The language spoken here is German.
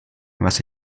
was